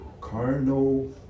carnal